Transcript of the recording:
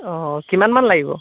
অঁ কিমানমান লাগিব